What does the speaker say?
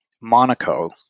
Monaco